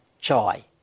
joy